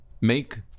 make